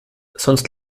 sonst